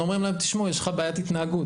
אומרים להם תשמעו, יש לך בעיית התנהגות.